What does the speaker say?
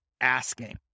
asking